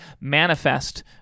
manifest